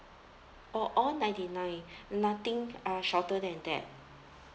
oh all ninety nine nothing uh shorter than that